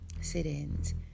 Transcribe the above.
sit-ins